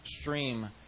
stream